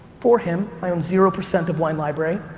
for him, i own zero percent of wine library.